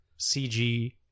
CG